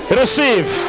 receive